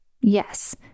Yes